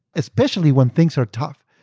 especially when things are tough,